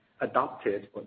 adopted